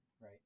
right